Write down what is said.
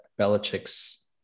Belichick's